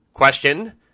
Question